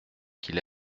qu’il